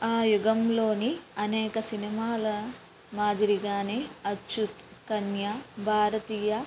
ఆ యుగంలోని అనేక సినిమాల మాదిరిగానే అచ్చూత్ కన్యా భారతీయ